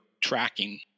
tracking